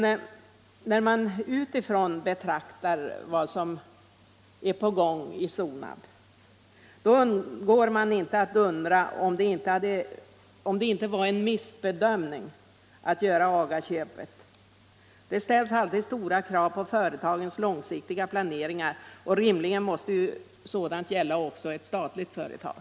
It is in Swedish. När man utifrån betraktar vad som är på gång i Sonab undgår man emellertid inte att undra, om det inte var en felbedömning att göra AGA-köpet. Det ställs alltid stora krav på företagens långsiktiga planeringar, och rimligen måste detta gälla också ett statligt företag.